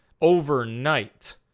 Overnight